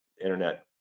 Internet